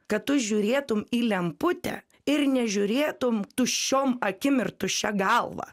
kad tu žiūrėtum į lemputę ir nežiūrėtum tuščiom akim ir tuščia galva